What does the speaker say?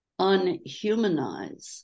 unhumanize